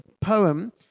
poem